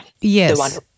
Yes